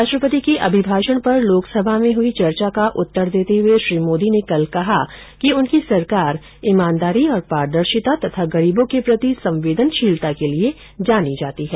राष्ट्रपति के अभिभाषण पर लोकसभा में हुई चर्चा का उत्तर देते हुए श्री मोदी ने कल कहा कि उनकी सरकार ईमानदारी और पारदर्शिता तथा गरीबों के प्रति संवेदनशीलता के लिए जानी जाती है